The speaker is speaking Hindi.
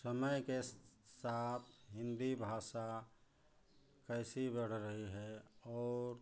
समय के साथ साथ हिन्दी भाषा कैसे बढ़ रही है